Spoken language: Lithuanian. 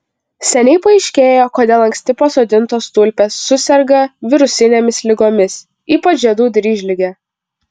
seniai paaiškėjo kodėl anksti pasodintos tulpės suserga virusinėmis ligomis ypač žiedų dryžlige